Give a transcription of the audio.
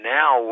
now